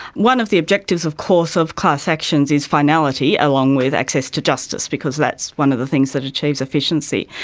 one of the objectives of course of class actions is finality, along with access to justice, because that's one of the things that achieves efficiency.